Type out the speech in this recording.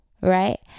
right